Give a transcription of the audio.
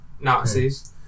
Nazis